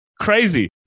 Crazy